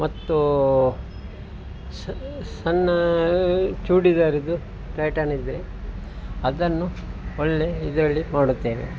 ಮತ್ತು ಸಣ್ಣ ಚೂಡಿದಾರಿಂದು ಪ್ಯಾಟನ್ನಿದ್ದರೆ ಅದನ್ನು ಒಳ್ಳೆಯ ಇದರಲ್ಲಿ ಮಾಡುತ್ತೇವೆ